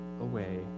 away